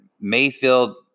Mayfield